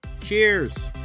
Cheers